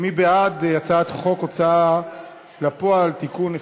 מי בעד הצעת חוק ההוצאה לפועל (תיקון,